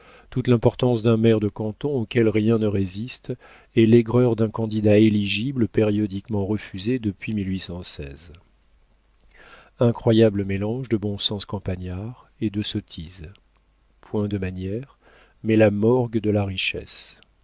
toute l'importance d'un maire de canton auquel rien ne résiste et l'aigreur d'un candidat éligible périodiquement refusé depuis incroyable mélange de bon sens campagnard et de sottises point de manières mais la morgue de la richesse